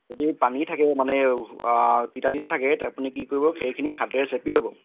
যদি পানী থাকে মানে তিতা তিতা থাকে আপুনি কি কৰিব খেৰখিনি হাতেৰে চেপি ল'ব